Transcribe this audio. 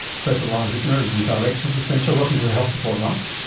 professor lars ittner is the director of the centre. welcome to the health report lars.